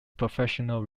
professional